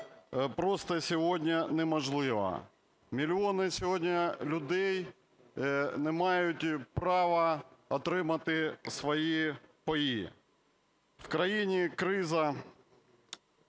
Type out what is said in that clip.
В країні криза,